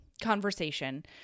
conversation